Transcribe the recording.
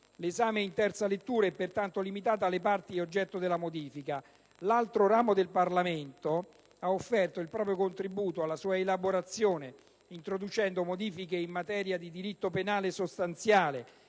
L'esame in seconda lettura è pertanto limitato alle parti oggetto di modifica. L'altro ramo del Parlamento ha offerto il proprio contributo alla sua elaborazione, introducendo modifiche in materia di diritto penale sostanziale